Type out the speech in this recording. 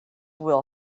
will